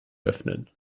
öffnen